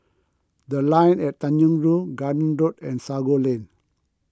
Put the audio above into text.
the Line At Tanjong Rhu Garden Road and Sago Lane